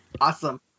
awesome